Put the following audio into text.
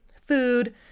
food